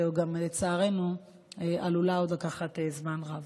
שגם לצערנו עלולה עוד לקחת זמן רב.